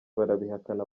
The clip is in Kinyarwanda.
barabihakana